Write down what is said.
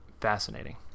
fascinating